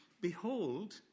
Behold